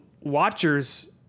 watchers